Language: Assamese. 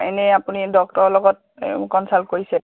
এনেই আপুনি ডক্টৰৰ লগত কনচাল্ট কৰিছে